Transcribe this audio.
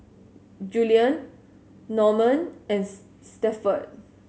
Julian Normand and Stafford